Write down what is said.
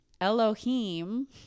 Elohim